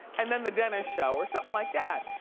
and then the dennis show, or somethin' like that.